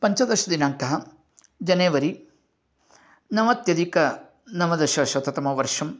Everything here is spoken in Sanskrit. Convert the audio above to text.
पञ्चदशदिनाङ्कः जनेवरी नवत्यधिक नवदश शततमवर्षं